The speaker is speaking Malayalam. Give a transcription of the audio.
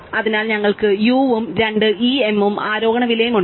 അതിനാൽ ഞങ്ങൾക്ക് u ഉം രണ്ട് e m ഉം ആരോഹണ വിലയും ഉണ്ട്